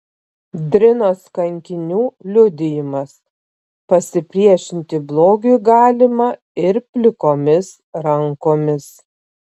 drinos kankinių liudijimas pasipriešinti blogiui galima ir plikomis rankomis